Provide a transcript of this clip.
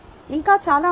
ఇంకా చాలా ఉన్నాయి